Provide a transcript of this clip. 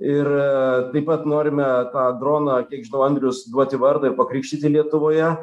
ir taip pat norime tą droną kiek žinau andrius duoti vardą ir pakrikštyti lietuvoje